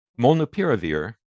molnupiravir